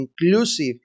inclusive